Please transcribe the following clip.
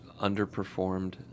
underperformed